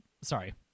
Sorry